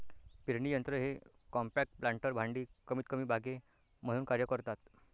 पेरणी यंत्र हे कॉम्पॅक्ट प्लांटर भांडी कमीतकमी बागे म्हणून कार्य करतात